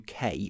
UK